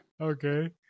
Okay